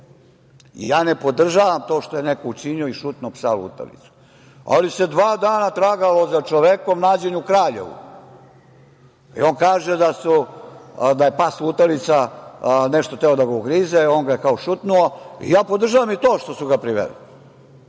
Ja ne podržavam to što je neko učinio i šutnuo psa lutalicu, ali se dva dana tragalo za čovekom. Nađen je u Kraljevu i on kaže da je pas lutalica hteo da ga ugrize, on ga je kao šutnuo. Podržavam i to što su ga priveli,